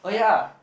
then